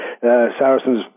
Saracen's